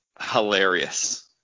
hilarious